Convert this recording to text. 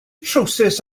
trywsus